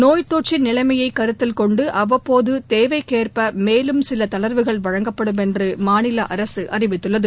நோய்த் தொற்றின் நிலைமையை கருத்தில் கொண்டு அவ்வப்போது தேவைக்கேற்ப மேலும் சில தளர்வுகள் வழங்கப்படும் என்று மாநில அரசு அறிவித்துள்ளது